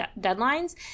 deadlines